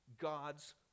God's